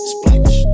Splash